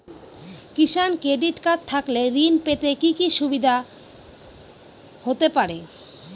কিষান credit card থাকলে ঋণ পেতে কি কি সুবিধা হতে পারে?